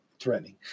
threatening